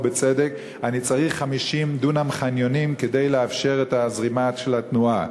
ובצדק: אני צריך 50 דונם חניונים כדי לאפשר את הזרימה של התנועה.